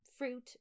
fruit